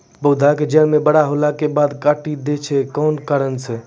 पौधा के जड़ म बड़ो होला के बाद भी काटी दै छै कोन कारण छै?